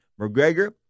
McGregor